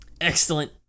Excellent